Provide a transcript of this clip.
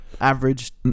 average